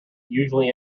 usually